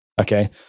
Okay